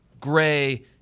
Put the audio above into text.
gray